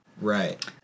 right